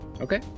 Okay